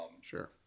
sure